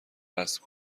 رسم